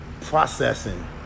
processing